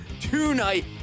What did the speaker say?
tonight